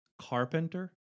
carpenter